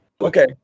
Okay